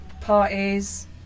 parties